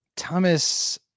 Thomas